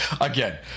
again